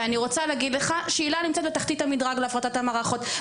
ואני רוצה להגיד לך שהיל"ה נמצאת בתחתית המדרג להפרטת המערכות,